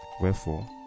Wherefore